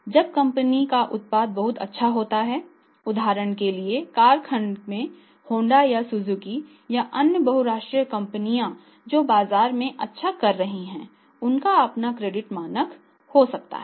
जब कंपनी का उत्पाद बहुत अच्छा होता है उदाहरण के लिए कार खंड में होंडा या सुजुकी या अन्य बहुराष्ट्रीय कंपनियां जो भारत में अच्छा कर रही हैं उनका अपना क्रेडिट मानक हो सकता है